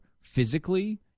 physically